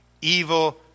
evil